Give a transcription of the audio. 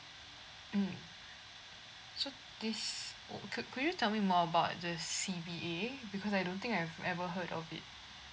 mm so this oh could could you tell me more about this C_B_A because I don't think I have ever heard of it